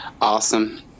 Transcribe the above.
awesome